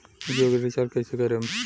जियो के रीचार्ज कैसे करेम?